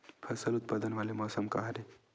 फसल उत्पादन वाले मौसम का हरे?